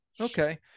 Okay